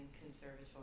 conservatory